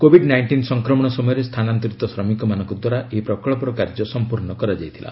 Covid ନାଇଷ୍କିନ୍ ସଂକ୍ରମଣ ସମୟରେ ସ୍ଥାନାନ୍ତରିତ ଶ୍ରମିକମାନଙ୍କଦ୍ୱାରା ଏହି ପ୍ରକଚ୍ଚର କାର୍ଯ୍ୟ ସମ୍ପର୍ଶ୍ଣ ହୋଇଥିଲା